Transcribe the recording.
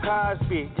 Cosby